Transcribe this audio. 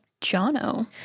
Jono